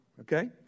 okay